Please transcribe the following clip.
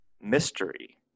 mystery